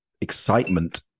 excitement